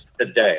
today